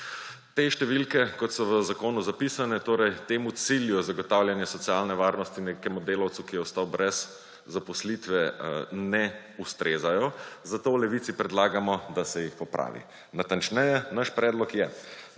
Te številke, kot so v zakonu zapisane, torej temu cilju zagotavljanja socialne varnosti nekemu delavcu, ki je ostal brez zaposlitve, ne ustrezajo, zato v Levici predlagamo, da se jih popravi. Natančneje, naš predlog je,